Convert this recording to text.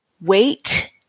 wait